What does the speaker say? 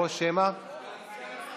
או שמא, סגן השר.